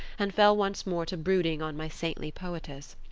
and fell once more to brooding on my saintly poetess.